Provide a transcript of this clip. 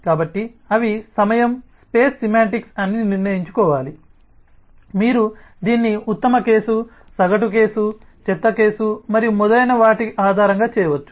కాబట్టి అవి సమయం స్పేస్ సెమాంటిక్స్ అని నిర్ణయించుకోవాలి మీరు దీన్ని ఉత్తమ కేసు సగటు కేసు చెత్త కేసు మరియు మొదలైన వాటి ఆధారంగా చేయవచ్చు